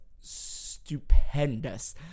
stupendous